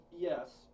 Yes